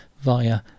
via